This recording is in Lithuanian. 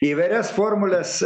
įvairias formules